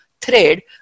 thread